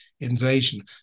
invasion